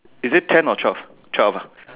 is it ten or twelve twelve ah